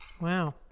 Wow